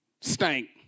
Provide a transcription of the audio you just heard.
stank